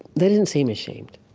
they didn't seem ashamed.